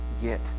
get